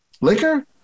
liquor